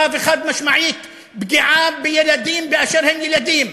וחד-משמעית פגיעה בילדים באשר הם ילדים,